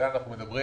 כאן אנחנו מדברים